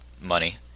money